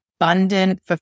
abundant